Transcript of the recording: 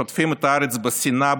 שוטפים את הארץ בשנאה,